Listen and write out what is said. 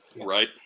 right